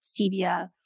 stevia